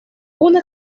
una